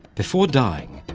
before dying,